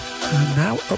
now